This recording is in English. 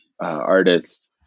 Artist